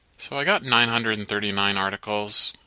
so i got nine hundred and thirty nine articles.